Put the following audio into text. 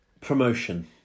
promotion